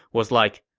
was like,